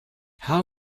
how